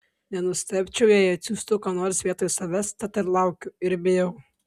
nenustebčiau jei atsiųstų ką nors vietoj savęs tad ir laukiu ir bijau